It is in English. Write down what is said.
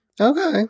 okay